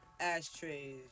ashtrays